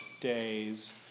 days